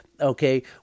Okay